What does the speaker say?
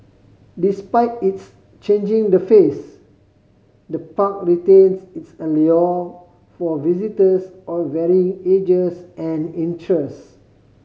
despite its changing the face the park retains its allure for visitors of varying ages and interest